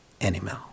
animal